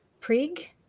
Prig